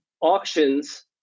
auctions